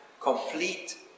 complete